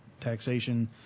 taxation